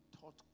taught